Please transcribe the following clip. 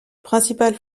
principal